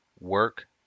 work